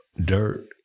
dirt